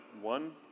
one